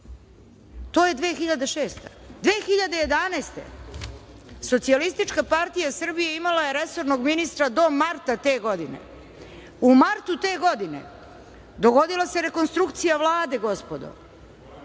godina. Godine 2011. Socijalistička partija Srbije imala je resornog ministra do marta te godine. U martu te godine dogodila se rekonstrukcija Vlade, gospodo.